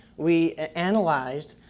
we analyzed